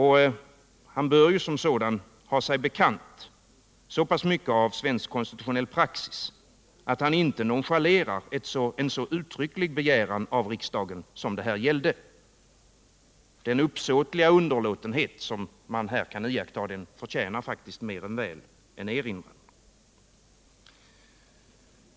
Han borde därför ha sig bekant så mycket av svensk konstitutionell praxis att han inte nonchalerar en så uttrycklig begäran av riksdagen som det här gällde. Den uppsåtliga underlåtenhet som man här kan iaktta förtjänar mer än väl en erinran.